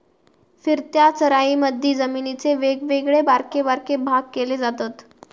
फिरत्या चराईमधी जमिनीचे वेगवेगळे बारके बारके भाग केले जातत